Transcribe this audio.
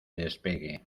despegue